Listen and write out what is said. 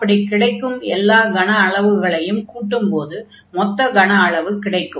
அப்படிக் கிடைக்கும் எல்லா கன அளவுகளையும் கூட்டும்போது மொத்த கன அளவு கிடைக்கும்